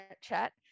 Chat